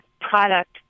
product